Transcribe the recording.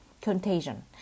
contagion